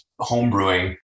homebrewing